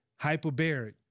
hyperbaric